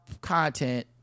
content